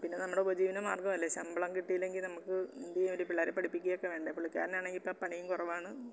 പിന്നെ നമ്മുടെ ഉപജീവന മാർഗമല്ലേ ശമ്പളം കിട്ടീല്ലെങ്കിൽ നമുക്ക് എന്തെയ്യാൻ പറ്റും പിള്ളാരെ പഠിപ്പിക്കയക്കെ വേണ്ടെ പുള്ളിക്കാരനാണെങ്കിൽ ഇപ്പം പണിയും കുറവാണ്